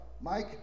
Mike